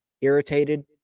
irritated